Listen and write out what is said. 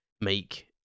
make